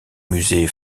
musée